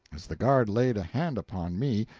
as the guard laid a hand upon me,